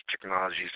technologies